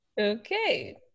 Okay